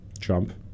Trump